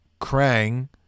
Krang